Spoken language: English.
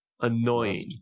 Annoying